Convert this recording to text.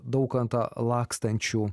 daukantą lakstančių